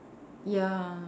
ya